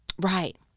Right